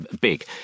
big